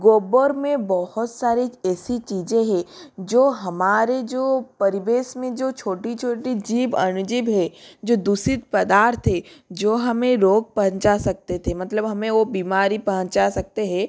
गोबर में बहुत सारी ऐसी चीज़ें हैं जो हमारे जो प्रवेश में जो छोटी छोटी जीव अनुजीव हैं जो दूषित पदार्थ है जो हमें रोग पहुँचा सकते थे मतलब हमें वो बीमारी पहुँचा सकते हैं